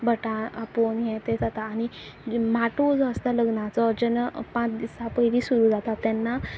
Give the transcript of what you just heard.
भटा आपोवन हें तें जाता आनी माटोव जो आसता लग्नाचो जेन्ना पांच दिसां पयली सुरू जाता तेन्ना